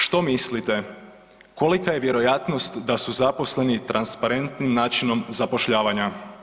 Što mislite kolika je vjerojatnost da su zaposleni transparentnim načinom zapošljavanja?